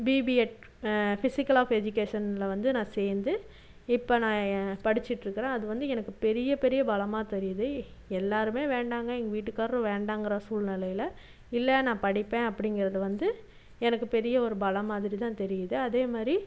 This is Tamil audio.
பிபிஏட் ஃபிஸிக்கல் ஆஃப் எஜிகேஷனில் வந்து நான் சேர்ந்து இப்போ நான் எ படிச்சிட்டுருக்கறேன் அது வந்து எனக்கு பெரிய பெரிய பலமாக தெரியுது எல்லாருமே வேண்டாங்க எங் வீட்டுக்காரரும் வேண்டாங்கிற சூழ்நிலையில இல்லை நான் படிப்பேன் அப்படிங்கிறது வந்து எனக்கு பெரிய ஒரு பலம் மாதிரி தான் தெரியுது அதேமாதிரி